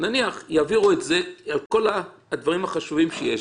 שיעבירו את זה ואת כל הדברים החשובים שיש